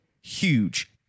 Huge